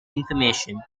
information